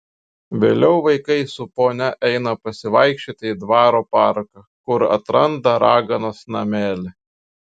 vėliau vaikai su ponia eina pasivaikščioti į dvaro parką kur atranda raganos namelį